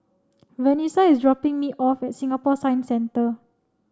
Vanessa is dropping me off at Singapore Science Centre